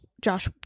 Josh